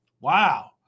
Wow